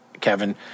Kevin